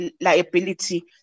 liability